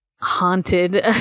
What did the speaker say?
haunted